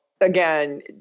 again